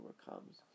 overcomes